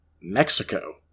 Mexico